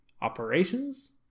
operations